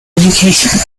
education